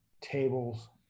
tables